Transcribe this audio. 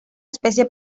especie